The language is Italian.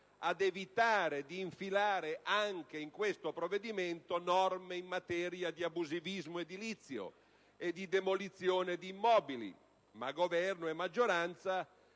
ad evitare di infilare anche in questo provvedimento norme in materia di abusivismo edilizio e di demolizione di immobili, ma il Governo e la maggioranza